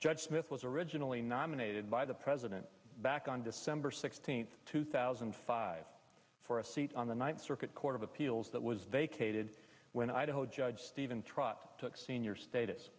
judge smith was originally nominated by the president back on december sixteenth two thousand and five for a seat on the ninth circuit court of appeals that was vacated when i told judge steven trott took senior status